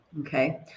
Okay